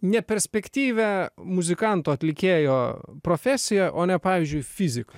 neperspektyvią muzikanto atlikėjo profesiją o ne pavyzdžiui fizik